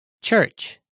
Church